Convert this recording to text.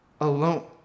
alone